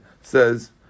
says